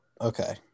Okay